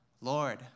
Lord